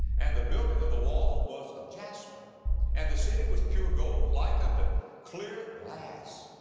and the building of the wall was of jasper and the city was pure gold, like unto clear glass.